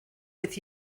with